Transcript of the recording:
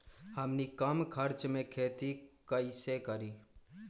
हमनी कम खर्च मे खेती कई से करी?